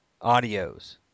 audios